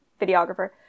videographer